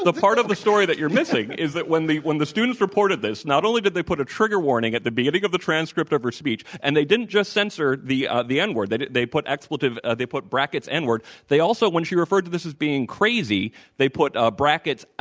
part of the story that you're missing is that when the when the students reported this, not only did they put a trigger warning at the beginning of the transcript of her speech and they didn't just censor the the n word. they did they put expletive ah they put, brackets, n word. they also, when she referred to this as being crazy, they put ah brackets,